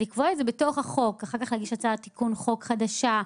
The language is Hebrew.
לקבוע את זה בתוך החוק ואחר כך להגיש הצעת תיקון חוק חדשה,